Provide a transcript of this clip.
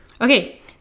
Okay